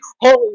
holy